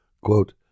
Quote